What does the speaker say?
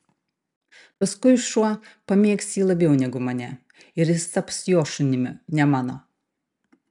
paskui šuo pamėgs jį labiau negu mane ir jis taps jo šunimi ne mano